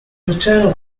maternal